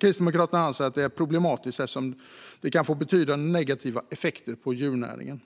Kristdemokraterna anser att det är problematiskt eftersom det kan få betydande negativa effekter på djurnäringen.